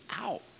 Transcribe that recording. out